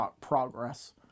progress